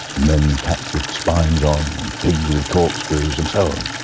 and then cats with spines on, and pigs with corkscrews and so on.